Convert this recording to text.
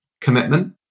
commitment